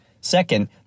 Second